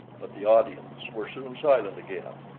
but the audience were soon silent again.